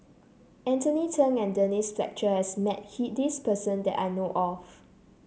Anthony Then and Denise Fletcher has met he this person that I know of